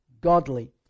godly